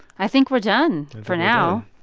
i think we're done for now